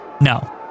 No